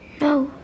No